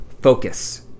focus